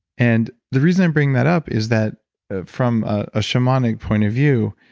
and the reason i'm bringing that up is that ah from a shamanic point of view,